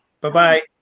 Bye-bye